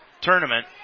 tournament